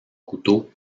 couteau